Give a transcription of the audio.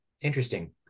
Interesting